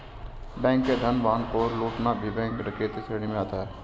bank के धन वाहन को लूटना भी बैंक डकैती श्रेणी में आता है